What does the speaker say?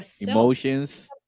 emotions